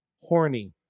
Horny